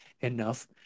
enough